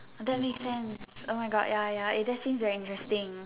that makes sense oh my God ya ya eh that seems very interesting